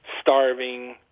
starving